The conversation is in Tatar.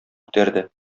күтәрде